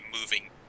moving